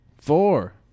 four